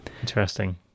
interesting